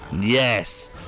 Yes